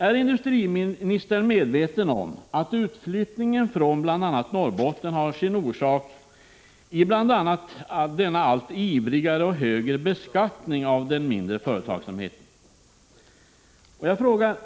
Är industriministern medveten om att utflyttningen från t.ex. Norrbotten har sin orsak i bl.a. denna allt ivrigare och högre beskattning av den mindre företagsamheten?